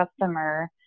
customer